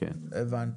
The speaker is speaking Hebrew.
הבנתי.